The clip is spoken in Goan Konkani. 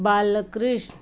बालकृष्ण